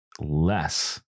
less